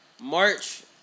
march